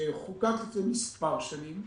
שחוקק לפני מספר שנים,